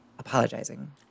Apologizing